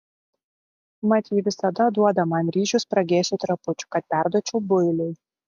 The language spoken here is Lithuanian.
mat ji visada duoda man ryžių spragėsių trapučių kad perduočiau builiui